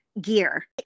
gear